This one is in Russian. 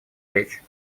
речь